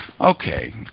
okay